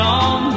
on